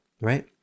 right